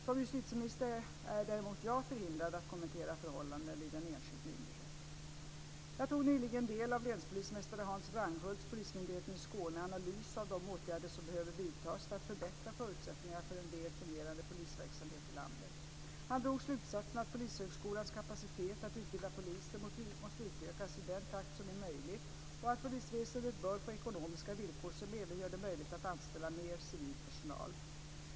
Som justitieminister är däremot jag förhindrad att kommentera förhållanden vid en enskild myndighet. Jag tog nyligen del av länspolismästare Hans Wranghults, Polismyndigheten i Skåne, analys av de åtgärder som behöver vidtas för att förbättra förutsättningarna för en väl fungerande polisverksamhet i landet. Han drog slutsatsen att Polishögskolans kapacitet att utbilda poliser måste utökas i den takt som är möjlig och att polisväsendet bör få ekonomiska villkor som även gör det möjligt att anställa mer civil personal.